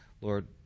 Lord